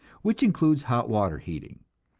which includes hot-water heating.